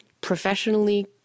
professionally